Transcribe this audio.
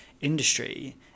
industry